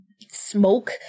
smoke